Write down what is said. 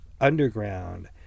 underground